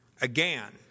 again